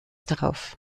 darauf